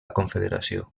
confederació